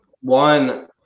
One